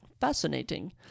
fascinating